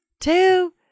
two